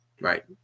Right